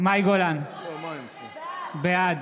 מאי גולן, בעד